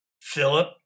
Philip